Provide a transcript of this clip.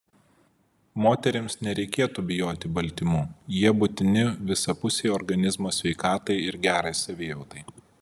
moterims nereikėtų bijoti baltymų jie būtini visapusei organizmo sveikatai ir gerai savijautai